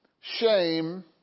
shame